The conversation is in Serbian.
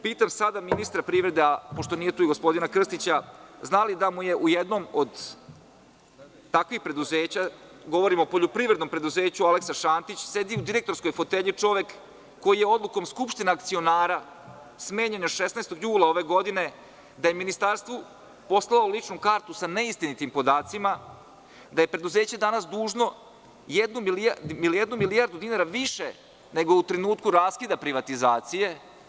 Pitam ministra privrede, ali pošto nije tu i gospodina Krstića, da li zna da mu je u jednom od takvih preduzeća, govorim o poljoprivrednom preduzeću „Aleksa Šantić“ sedi u direktorskoj fotelji čovek koji je odlukom skupštine akcionara smenjen 16. jula ove godine, da je ministarstvu poslalo ličnu kartu sa neistinitim podacima, da je preduzeće danas dužno jednu milijardu više nego u trenutku raskida privatizacije?